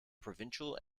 provincial